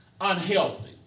unhealthy